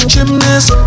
Gymnast